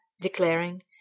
declaring